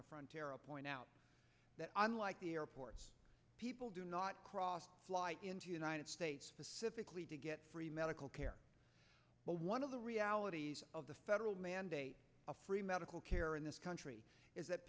record point out that unlike the airports people do not cross into united states specifically to get free medical care but one of the realities of the federal mandate a free medical care in this country is that